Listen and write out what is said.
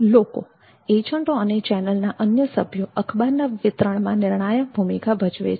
લોકો એજન્ટો અને ચેનલના અન્ય સભ્યો અખબારના વિતરણમાં નિર્ણાયક ભૂમિકા ભજવે છે